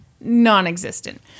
non-existent